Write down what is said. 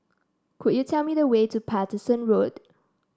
could you tell me the way to Paterson Road